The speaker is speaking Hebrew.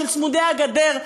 של צמודי הגדר,